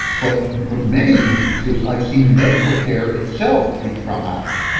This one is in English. but for many instances, i've seen medical care itself be traumatic.